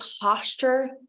posture